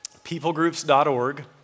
Peoplegroups.org